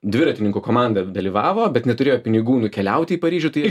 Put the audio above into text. dviratininkų komanda dalyvavo bet neturėjo pinigų nukeliauti į paryžių tai